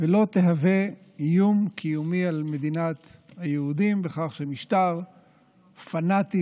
ולא תהווה איום קיומי על מדינת היהודים בכך שמשטר פנאטי,